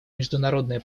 международная